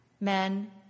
men